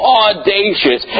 audacious